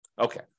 Okay